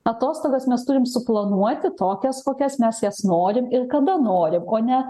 atostogas mes turim suplanuoti tokias kokias mes jas norim ir kada norim o ne